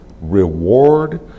reward